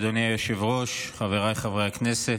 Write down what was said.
אדוני היושב-ראש, חבריי חברי הכנסת,